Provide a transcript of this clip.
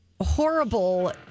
horrible